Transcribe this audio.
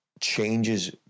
changes